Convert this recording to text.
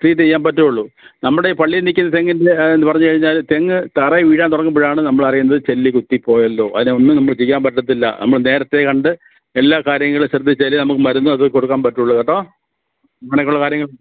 treat ചെയ്യാൻ പറ്റുള്ളൂ നമ്മുടെ ഈ പള്ളിയിൽ നിൽക്കുന്ന തെങ്ങിൻ്റെ എന്ന് പറഞ്ഞു കഴിഞ്ഞാൽ തെങ്ങ് തറയിൽ വീഴാൻ തുടങ്ങുമ്പോഴാണ് നമ്മൾ അറിയുന്നത് ചെല്ലി കുത്തി പോയല്ലോ അതിന് ഒന്നും നമ്മൾ ചെയ്യാൻ പറ്റില്ല നമ്മൾ നേരത്തെ കണ്ട് എല്ലാ കാര്യങ്ങളും ശ്രദ്ധിച്ചാലേ നമുക്ക് മരുന്ന് ഒക്കെ കൊടുക്കാൻ പറ്റുള്ളൂ കേട്ടോ അങ്ങനെയൊക്കെ ഉള്ള കാര്യങ്ങൾ